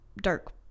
dark